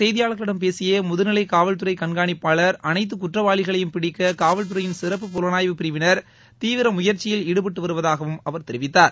செய்தியாளர்களிடம் பேசிய முதுநிலை காவல்துறை கண்காணிப்பாளர் அனைத்து இன்று குற்றவாளிகளையும் பிடிக்க காவல்துறையின் சிறப்பு புலனாய்வு பிரிவினர் தீவிர முயற்சியில் ஈடுபட்டுவருவதாக அவர் தெரிவித்தார்